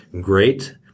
great